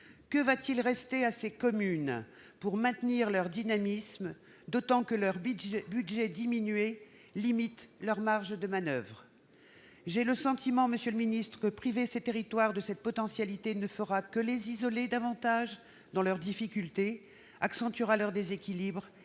que restera-t-il à ces communes pour maintenir leur dynamisme, d'autant que leur budget diminué limite leurs marges de manoeuvre ? J'ai le sentiment, monsieur le ministre, que priver ces territoires de cette potentialité ne fera que les isoler davantage dans leurs difficultés et que cela accentuera leurs déséquilibres, ainsi